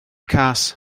cas